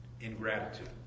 Ingratitude